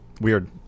Weird